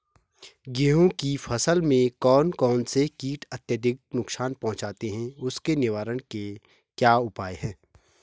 गेहूँ की फसल में कौन कौन से कीट अत्यधिक नुकसान पहुंचाते हैं उसके निवारण के क्या उपाय हैं?